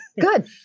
Good